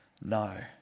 No